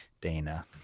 Dana